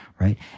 right